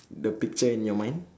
the picture in your mind